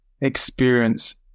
experience